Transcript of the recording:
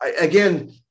Again